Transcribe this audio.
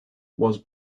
was